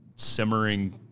simmering